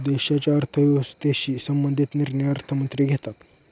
देशाच्या अर्थव्यवस्थेशी संबंधित निर्णय अर्थमंत्री घेतात